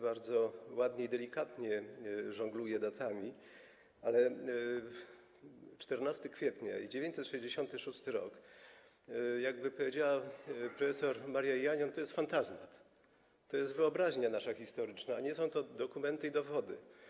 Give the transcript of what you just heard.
bardzo ładnie i delikatnie żongluje datami, ale 14 kwietnia i 966 r., jakby powiedziała profesor Maria Janion, to jest fantazmat, to jest nasza wyobraźnia historyczna, a nie dokumenty i dowody.